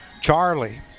Charlie